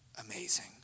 amazing